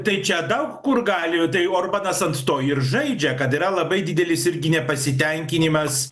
tai čia daug kur gali tai orbanas ant to ir žaidžia kad yra labai didelis irgi nepasitenkinimas